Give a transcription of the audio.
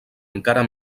encara